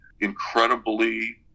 incredibly